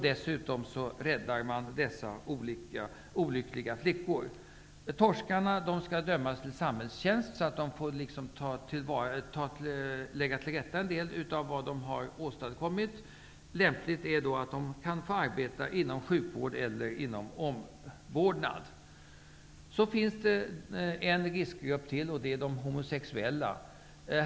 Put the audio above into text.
Dessutom räddar man dessa olyckliga flickor. Torskarna skall dömas till samhällstjänst, så att de får lägga till rätta en del av det de har åstad kommit. Lämpligt är att de kan få arbeta inom sjukvården eller inom omvårdnad. Det finns en riskgrupp till, och det är de homo sexuella.